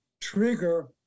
trigger